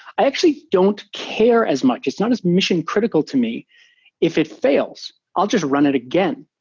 i actually don't care as much. it's not as mission critical to me if it fails. i'll just run it again,